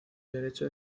derecho